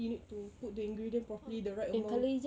you need to put the ingredient properly the right amount